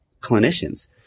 clinicians